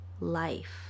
life